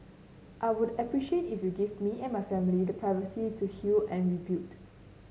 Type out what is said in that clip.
I would appreciate if you give me and my family the privacy to heal and rebuild